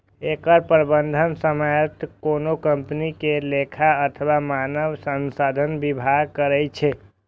एकर प्रबंधन सामान्यतः कोनो कंपनी के लेखा अथवा मानव संसाधन विभाग करै छै